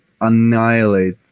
annihilate